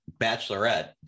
bachelorette